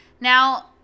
Now